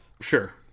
sure